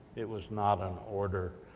it was not an order.